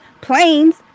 planes